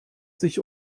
sich